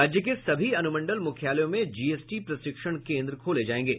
राज्य के सभी अनुमंडल मुख्यालयों में जीएसटी प्रशिक्षण केन्द्र खोले जायेंगे